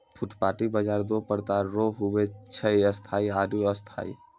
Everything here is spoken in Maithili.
फुटपाटी बाजार दो प्रकार रो हुवै छै स्थायी आरु अस्थायी